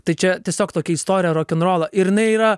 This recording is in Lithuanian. tai čia tiesiog tokia istorija rokenrolo ir jinai yra